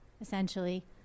essentially